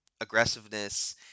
aggressiveness